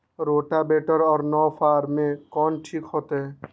Rotavator और नौ फ़ार में कौन ठीक होतै?